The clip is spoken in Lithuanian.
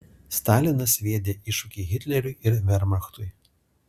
stalinas sviedė iššūkį hitleriui ir vermachtui